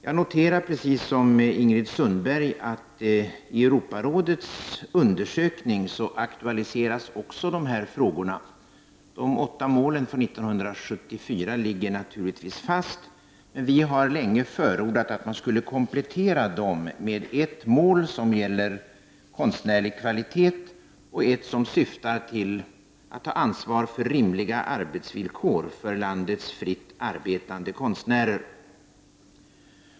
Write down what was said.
Jag noterar, precis som Ingrid Sundberg, att dessa frågor också aktualiseras i Europarådets undersökning. De målen från 1974 ligger naturligtvis fast. Men vi i folkpartiet har länge förordat att man skall komplettera dem med ett mål som gäller konstnärlig kvalitet och ett mål som syftar till att man tar ansvar för att skapa rimliga arbetsvillkor för landets fritt arbetande konstnärer.